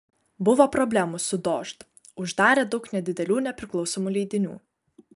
buvo problemų su dožd uždarė daug nedidelių nepriklausomų leidinių